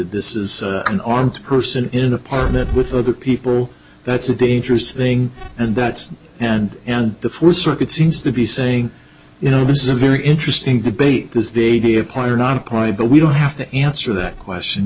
this is an armed person in an apartment with other people that's a dangerous thing and that's and and the fourth circuit seems to be saying you know this is a very interesting debate this baby apply or not apply but we don't have to answer that question